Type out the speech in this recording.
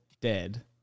dead